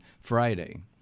Friday